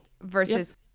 versus